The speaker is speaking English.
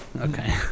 Okay